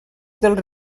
dels